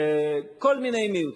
כל מיני מיעוטים.